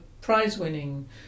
prize-winning